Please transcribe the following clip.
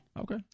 Okay